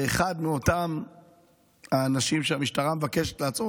שאחד מאותם האנשים שהמשטרה מבקשת לעצור